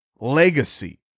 legacy